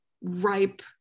ripe